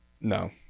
No